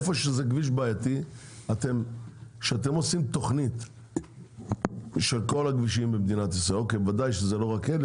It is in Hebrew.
כשאתם עושים תוכנית של כל הכבישים במדינת ישראל ודאי שזה לא רק אלה,